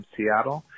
Seattle